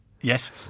yes